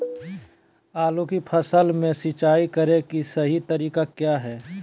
आलू की फसल में सिंचाई करें कि सही तरीका की हय?